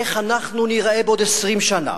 איך אנחנו ניראה בעוד 20 שנה?